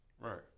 Right